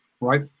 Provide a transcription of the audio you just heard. Right